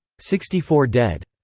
sixty four dead.